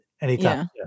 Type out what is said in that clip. anytime